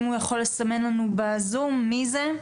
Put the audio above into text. אם הוא יכול לסמן לנו בזום מי זה.